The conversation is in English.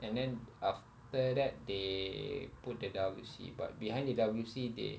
and then after that they put the W_C but behind the W_C they